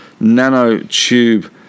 nanotube